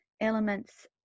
elements